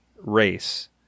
race